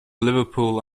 liverpool